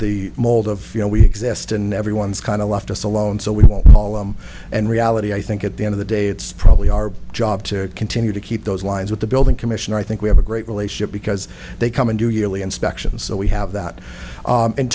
mold of you know we exist and everyone's kind of left us alone so we won't call him and reality i think at the end of the day it's probably our job to continue to keep those lines with the building commissioner i think we have a great relationship because they come and do yearly inspections so we have that